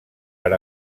per